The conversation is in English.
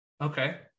Okay